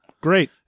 Great